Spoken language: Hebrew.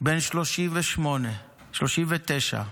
בן 39,